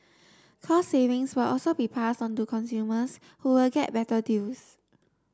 cost savings will also be pass onto consumers who will get better deals